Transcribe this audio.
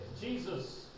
Jesus